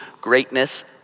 greatness